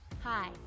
Hi